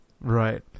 Right